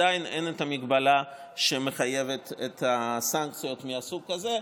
עדיין אין את המגבלה שמחייבת את הסנקציות מהסוג הזה,